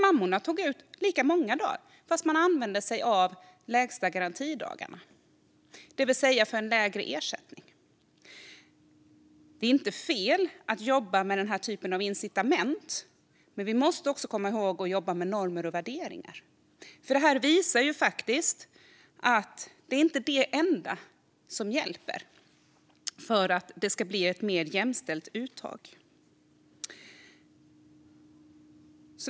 Mammorna tog ut lika många dagar som tidigare men använde lägstanivådagarna och fick alltså en lägre ersättning. Det är inte fel att jobba med denna typ av incitament, men vi måste också komma ihåg att jobba med normer och värderingar. För detta visar faktiskt att det inte är det enda som hjälper för att det ska bli ett mer jämställt uttag.